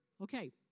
Okay